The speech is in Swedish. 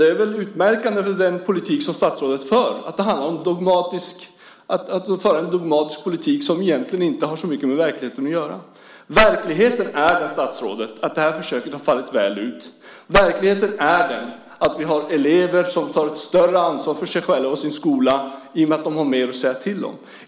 Utmärkande för den politik som statsrådet för är en dogmatisk politik som egentligen inte har så mycket med verkligheten att göra. Verkligheten är, statsrådet, att det här försöket har fallit väl ut. Verkligheten är den att vi har elever som tar ett större ansvar för sig själva och sin skola i och med att de har mer att säga till om.